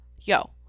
yo